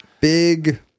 big